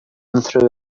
through